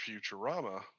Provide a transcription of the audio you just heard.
Futurama